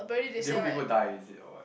they want people die is it or what